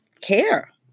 care